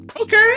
okay